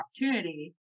opportunity